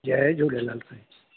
Jay Jhulelal